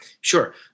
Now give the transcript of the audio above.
Sure